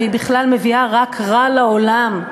והיא בכלל מביאה רק רע לעולם,